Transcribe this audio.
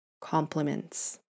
compliments